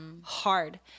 hard